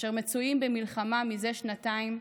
אשר מצויים במלחמה זה שנתיים,